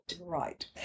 Right